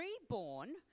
reborn